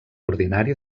ordinari